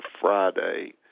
Friday